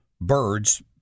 birds